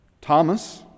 Thomas